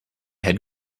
had